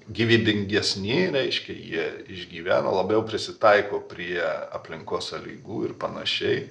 gyvybingesni reiškia jie išgyveno labiau prisitaiko prie aplinkos sąlygų ir panašiai